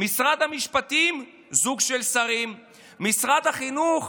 משרד המשפטים זוג של שרים, משרד החינוך,